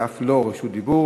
ואף לא בקשות רשות דיבור.